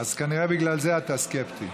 אז כנראה בגלל זה אתה סקפטי.